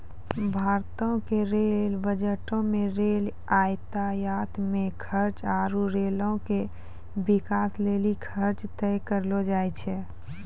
भारतो के रेल बजटो मे रेल यातायात मे खर्चा आरु रेलो के बिकास लेली खर्चा तय करलो जाय छै